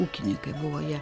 ūkininkai buvo jie